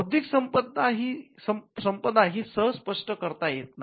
बौद्धिक संपदा ही सहज स्पष्ट करता येत नाही